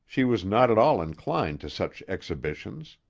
she was not at all inclined to such exhibitions.